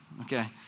Okay